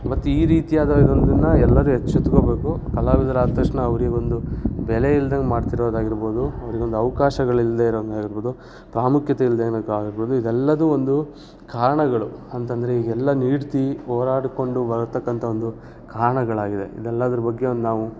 ಇವತ್ತು ಈ ರೀತಿಯಾದ ಇದೊಂದನ್ನು ಎಲ್ಲರೂ ಎಚ್ಚೆತ್ಕೋಬೇಕು ಕಲಾವಿದರಾದ ತಕ್ಷಣ ಅವರಿಗೊಂದು ಬೆಲೆ ಇಲ್ದಂಗೆ ಮಾಡ್ತಿರೋದಾಗಿರ್ಬೋದು ಅವ್ರಿಗೊಂದು ಅವಕಾಶಗಳಿಲ್ದೇ ಇರೋಂಗಾಗಿರ್ಬೋದು ಪ್ರಾಮುಖ್ಯತೆ ಇಲ್ಲದೇ ಇದೆಲ್ಲವೂ ಒಂದು ಕಾರಣಗಳು ಅಂತಂದ್ರೆ ಈಗೆಲ್ಲ ನೀಡ್ತಾ ಹೋರಾಡಿಕೊಂಡು ಬರತಕ್ಕಂಥ ಒಂದು ಕಾರಣಗಳಾಗಿದೆ ಇದೆಲ್ಲದ್ರ ಬಗ್ಗೆ ಒಂದು ನಾವು